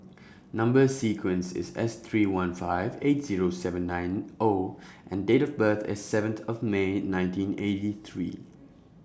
Number sequence IS S three one five eight Zero seven nine O and Date of birth IS seventh May nineteen eighty three